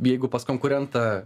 jeigu pas konkurentą